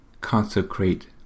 consecrate